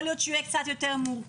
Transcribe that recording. יכול להיות שהוא יהיה קצת יותר מורכב,